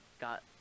got